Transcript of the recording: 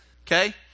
okay